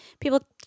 people